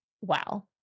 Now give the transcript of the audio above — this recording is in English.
wow